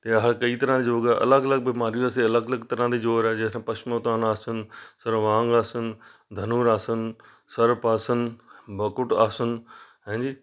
ਅਤੇ ਇਹ ਕਈ ਤਰ੍ਹਾਂ ਯੋਗ ਅਲੱਗ ਅਲੱਗ ਬਿਮਾਰੀ ਵਾਸਤੇ ਅਲੱਗ ਅਲੱਗ ਤਰ੍ਹਾਂ ਦੇ ਯੋਗ ਪਸ਼ੁਮਤਾਨ ਆਸਨ ਸਰਵਾਂਗ ਆਸਨ ਧਨੂਰ ਆਸਨ ਸਰਬ ਆਸਨ ਬਕੁਟ ਆਸਨ ਹੈ ਜੀ